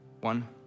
one